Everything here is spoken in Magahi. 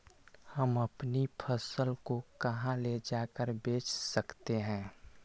हम अपनी फसल को कहां ले जाकर बेच सकते हैं?